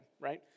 right